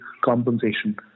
compensation